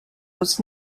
was